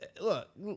Look